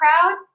crowd